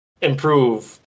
Improve